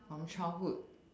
from childhood